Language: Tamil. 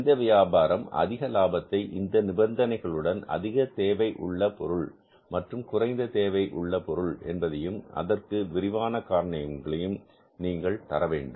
எந்த வியாபாரம் அதிக லாபத்தை இந்த நிபந்தனைகளுடன் அதிக தேவை உள்ள பொருள் மற்றும் குறைந்த தேவை உள்ள பொருள் என்பதையும் அதற்கு விரிவான காரணங்களையும் நீங்கள் கொடுக்க வேண்டும்